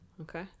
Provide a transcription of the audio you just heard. okay